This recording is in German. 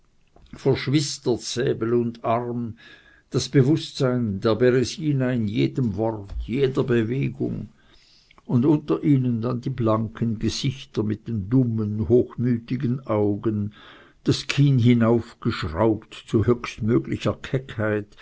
verschwistert säbel und arm das bewußtsein der beresina in jedem wort jeder bewegung und unter ihnen dann die blanken gesichter mit den dummen hochmütigen augen das kinn hinaufgeschraubt zu